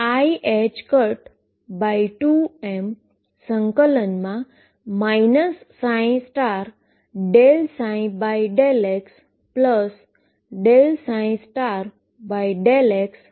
તેથી જે બાકી છે તે ddt⟨x⟩iℏ2m∫ ∂ψ∂x∂xdx છે